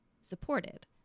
supported